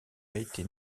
été